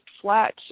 flat